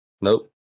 nope